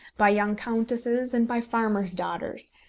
by young countesses and by farmers' daughters,